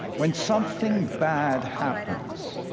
when something bad happens,